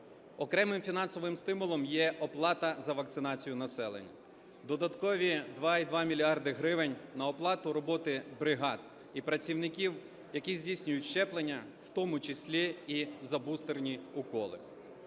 Окремим фінансовим стимулом є оплата за вакцинацію населення. Додаткові 2,2 мільярда гривень на оплату роботи бригад і працівників, які здійснюють щеплення, в тому числі і за бустерні уколи.